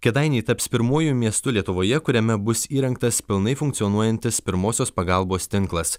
kėdainiai taps pirmuoju miestu lietuvoje kuriame bus įrengtas pilnai funkcionuojantis pirmosios pagalbos tinklas